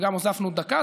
אז גם הוספנו דקה.